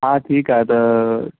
हा ठीकु आहे त